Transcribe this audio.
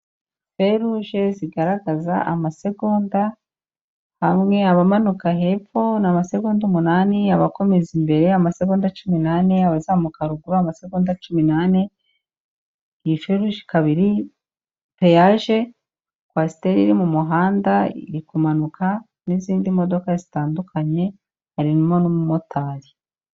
Feruje zigaragaza amasegonda, hamwe abamanuka hepfo ni amasegonda umunani, abakomeza imbere amasegonda cumi n'ane, abazamuka ruguru amasegonda cumi n'ane, iyi feruje ikaba iri Peyaje, kwasiteri iri mu muhanda iri kumanuka, n'izindi modoka zitandukanye harimo n'umumotari.